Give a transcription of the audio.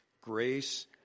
grace